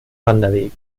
wanderweg